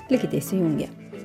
likite įsijungę